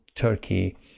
Turkey